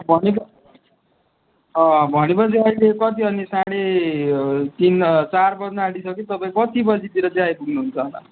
भनेप भनेपछि अहिले कति अनि साढे तिन चार बज्न आँटीसक्यो तपाईँ कति बजीतिर चाहिँ आइपुग्नु हुन्छ होला